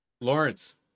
Lawrence